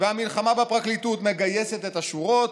והמלחמה בפרקליטות מגייסת את השורות,